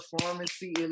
pharmacy